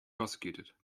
prosecuted